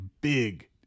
big